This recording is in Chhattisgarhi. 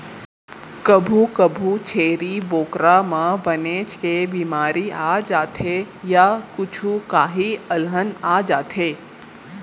कभू कभू छेरी बोकरा म बनेच के बेमारी आ जाथे य कुछु काही अलहन आ जाथे